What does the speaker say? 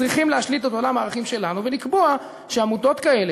צריכים להשליט את עולם הערכים שלנו ולקבוע שעמותות כאלה